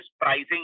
pricing